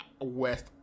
West